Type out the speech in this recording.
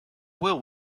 will